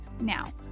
Now